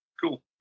cool